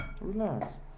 Relax